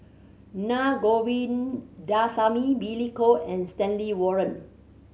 Na Govindasamy Billy Koh and Stanley Warren